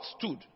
stood